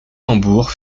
tambours